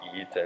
eat